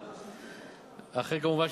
כמובן,